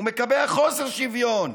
הוא מקבע חוסר שוויון.